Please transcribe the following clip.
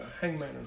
Hangman